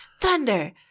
Thunder